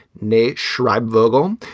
nate schreiber vogel,